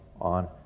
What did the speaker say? on